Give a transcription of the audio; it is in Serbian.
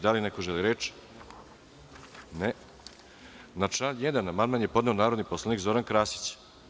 Da li neko želi reč? (Ne) Na član 1. amandman je podneo narodni poslanik Zoran Krasić.